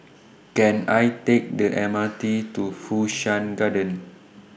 Can I Take The M R T to Fu Shan Garden